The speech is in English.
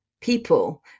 people